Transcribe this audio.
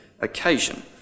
occasion